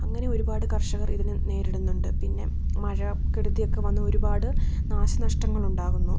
അങ്ങനെ ഒരുപാട് കർഷകർ ഇതിനെ നേരിടുന്നുണ്ട് പിന്നെ മഴക്കെടുതിയൊക്കെ വന്ന് ഒരുപാട് നാശനഷ്ടങ്ങൾ ഉണ്ടാകുന്നു